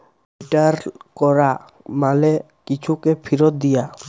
return ক্যরা মালে কিছুকে ফিরত দিয়া